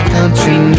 country